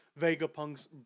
Vegapunk's